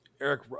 Eric